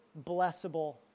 blessable